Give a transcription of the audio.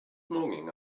morning